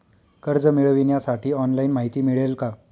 कर्ज मिळविण्यासाठी ऑनलाइन माहिती मिळेल का?